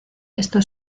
esto